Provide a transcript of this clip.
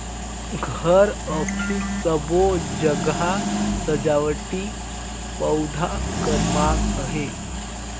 घर, अफिस सबो जघा सजावटी पउधा कर माँग अहे